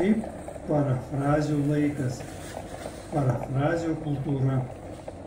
kaip parafrazių laikas parafrazių kultūra